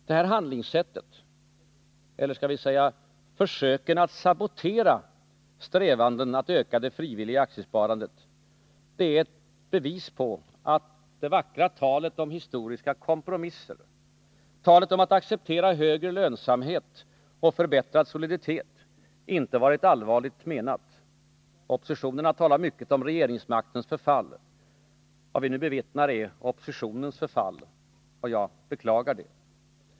Det här handlingssättet — eller skall vi säga försöken att sabotera strävanden att öka det frivilliga aktiesparandet — är ett bevis på att det vackra talet om historiska kompromisser, talet om att acceptera högre lönsamhet och förbättrad soliditet, inte har varit allvarligt menat. Oppositionen har talat mycket om regeringsmaktens förfall. Vad vi nu bevittnar är oppositionens förfall. Jag beklagar detta.